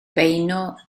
beuno